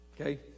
Okay